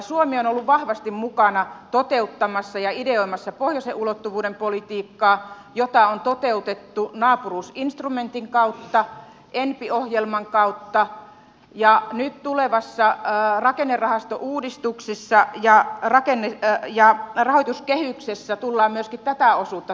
suomi on ollut vahvasti mukana toteuttamassa ja ideoimassa pohjoisen ulottuvuuden politiikkaa jota on toteutettu naapuruusinstrumentin kautta enpi ohjelman kautta ja nyt tulevassa rakennerahastouudistuksessa ja rahoituskehyksessä tullaan myöskin tätä osuutta tarkastelemaan